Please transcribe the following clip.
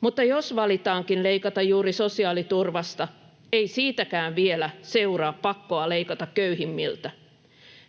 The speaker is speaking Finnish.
Mutta jos valitaankin leikata juuri sosiaaliturvasta, ei siitäkään vielä seuraa pakkoa leikata köyhimmiltä.